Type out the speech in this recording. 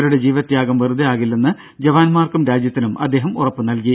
ഇവരുടെ ജീവത്യാഗം വെറുതെ ആകില്ലെന്ന് ജവാൻമാർക്കും രാജ്യത്തിലും അദ്ദേഹം ഉറപ്പു നൽകി